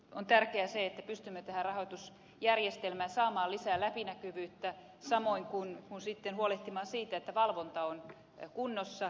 on tärkeää että pystymme tähän rahoitusjärjestelmään saamaan lisää läpinäkyvyyttä samoin kuin huolehtimaan siitä että valvonta on kunnossa